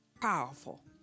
powerful